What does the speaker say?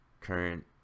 current